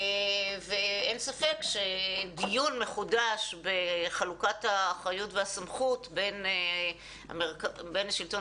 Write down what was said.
ואין ספק שדיון מחודש בחלוקת האחריות והסמכות בין השלטון